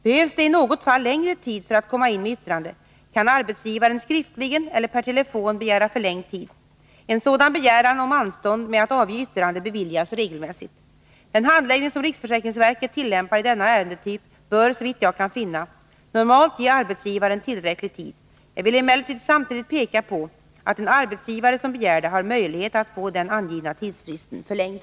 Behövs det i något fall längre tid för att komma in med yttrande, kan arbetsgivaren skriftligen eller per telefon begära förlängd tid. En sådan begäran om anstånd med att avge yttrande beviljas regelmässigt. Den handläggning som riksförsäkringsverket tillämpar i denna ärendetyp bör, såvitt jag kan finna, normalt ge arbetsgivaren tillräcklig tid. Jag vill emellertid samtidigt peka på att en arbetsgivare som begär det, har möjlighet att få den angivna tidsfristen förlängd.